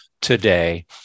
today